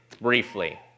briefly